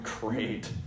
Great